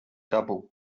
double